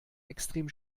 extrem